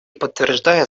подтверждает